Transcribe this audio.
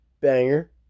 banger